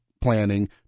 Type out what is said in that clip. planning